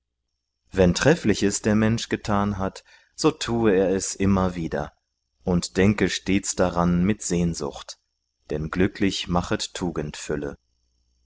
wenn treffliches der mensch getan hat so tue er es immer wieder und denke stets daran mit sehnsucht denn glücklich machet